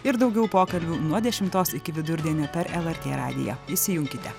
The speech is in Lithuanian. ir daugiau pokalbių nuo dešimtos iki vidurdienio per lrt radiją įsijunkite